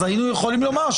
אז היינו יכולים לומר,